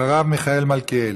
אחריו, מיכאל מלכיאלי.